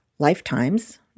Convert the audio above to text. lifetimes